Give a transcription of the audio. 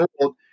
old